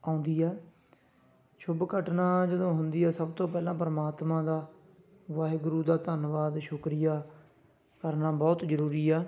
ਆਉਂਦੀ ਹੈ ਸ਼ੁਭ ਘਟਨਾ ਜਦੋਂ ਹੁੰਦੀ ਹੈ ਸਭ ਤੋਂ ਪਹਿਲਾਂ ਪਰਮਾਤਮਾ ਦਾ ਵਾਹਿਗੁਰੂ ਦਾ ਧੰਨਵਾਦ ਸ਼ੁਕਰੀਆ ਕਰਨਾ ਬਹੁਤ ਜ਼ਰੂਰੀ ਹੈ